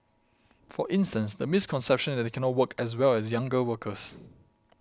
for instance the misconception that they cannot work as well as younger workers